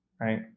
Right